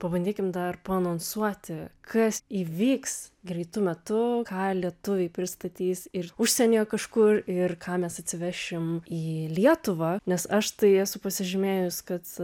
pabandykim dar paanonsuoti kas įvyks greitu metu ką lietuviai pristatys ir užsienyje kažkur ir ką mes atsivešim į lietuvą nes aš tai esu pasižymėjus kad